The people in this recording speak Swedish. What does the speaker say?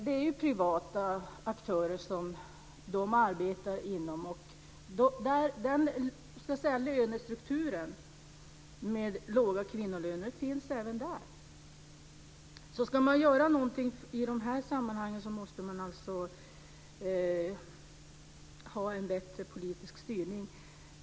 Där är det ju privata aktörer, och lönestrukturen med låga kvinnolöner finns även där. Ska man göra någonting i de här sammanhangen måste man alltså ha en bättre politisk styrning.